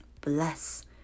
bless